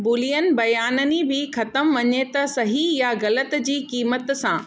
Boolean बयाननि बि ख़तमु वञे त सही या ग़लति जी क़ीमत सां